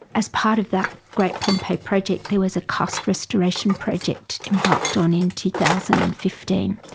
as part of that great pompeii project there was a cast restoration project embarked on in two thousand and fifteen.